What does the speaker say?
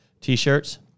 T-shirts